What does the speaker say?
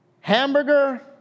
Hamburger